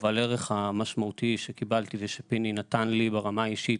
הערך המשמעותי שקיבלתי ושפיני נתן לי ברמה האישית